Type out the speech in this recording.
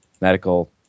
medical